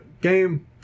game